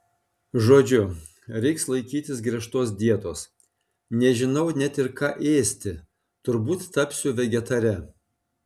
žodžiu reiks laikytis griežtos dietos nežinau net ir ką ėsti turbūt tapsiu vegetare